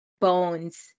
bones